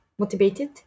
motivated